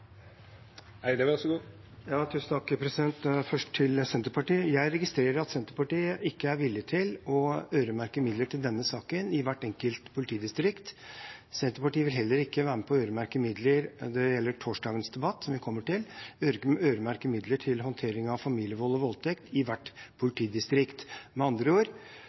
Først til Senterpartiet: Jeg registrerer at Senterpartiet ikke er villig til å øremerke midler til denne saken i hvert enkelt politidistrikt. Senterpartiet vil heller ikke være med på å øremerke midler – det gjelder torsdagens debatt, som vi kommer til – til håndtering av familievold og voldtekt i hvert politidistrikt. Med andre ord